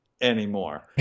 anymore